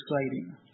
exciting